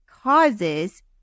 causes